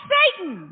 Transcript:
Satan